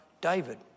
David